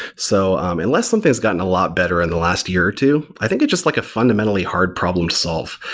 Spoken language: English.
so unless something has gotten a lot better in the last year or two, i think it's just like a fundamentally hard problem to solve.